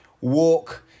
walk